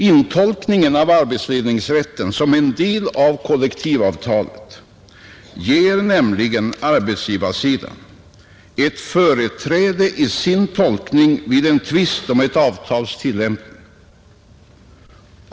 Intolkningen av arbetsledningsrätten som en del av kollektivavtalet ger företräde för arbetsgivarsidans tolkning vid en tvist om ett avtals tillämpning.